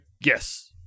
Yes